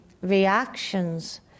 reactions